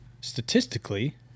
statistically